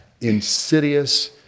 insidious